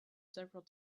several